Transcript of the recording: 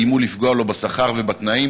איימו לפגוע לו בשכר ובתנאים.